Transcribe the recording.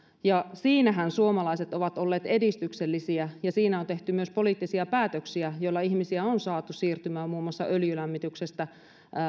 siinähän suomalaiset ovat olleet edistyksellisiä ja siinä on tehty myös poliittisia päätöksiä joilla ihmisiä on saatu siirtymään muun muassa öljylämmityksestä